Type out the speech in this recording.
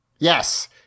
Yes